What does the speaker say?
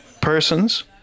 persons